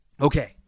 Okay